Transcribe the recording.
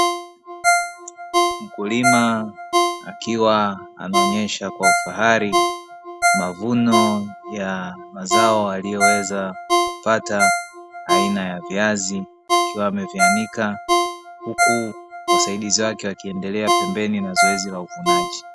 Mkulima akiwa anaonyesha kwa ufahari mavuno ya mazao, alioweza kupata aina ya viazi, ikiwa yameanikwa huku wasaidizi wake wakiendelea pembeni na zoezi la uvunaji.